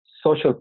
social